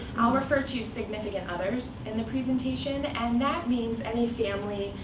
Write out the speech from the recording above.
i'll refer to significant others in the presentation, and that means any family,